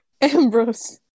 Ambrose